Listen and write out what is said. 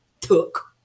took